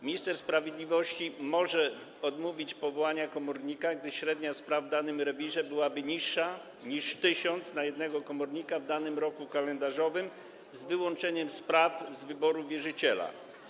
Minister sprawiedliwości może odmówić powołania komornika, gdy średnia spraw w danym rewirze byłaby niższa niż 1 tys. spraw na jednego komornika w danym roku kalendarzowym, z wyłączeniem spraw z wyboru wierzyciela.